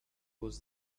was